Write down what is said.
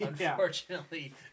unfortunately